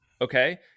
okay